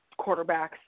quarterbacks